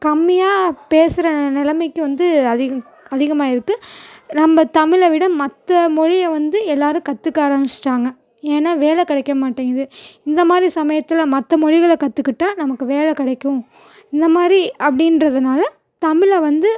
கம்மியாக பேசுகிற நிலைமைக்கு வந்து அதிகம் அதிகமாக இருக்குது நம்ம தமிழில் விட மற்ற மொழியை வந்து எல்லோரும் கற்றுக்க ஆரம்பிச்சிட்டாங்க ஏன்னால் வேலை கிடைக்க மாட்டேங்குது இந்தமாதிரி மொழிகளில் கற்றுக்கிட்டா நமக்கு வேலை கிடைக்கும் இந்தமாதிரி அப்படின்றதுனால தமிழை வந்து